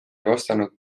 vastanud